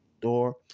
door